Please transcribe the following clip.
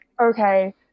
okay